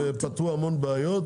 והם פתרו הרבה בעיות.